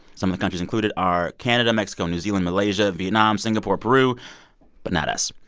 some of the countries included are canada, mexico, new zealand, malaysia, vietnam, singapore, peru but not us.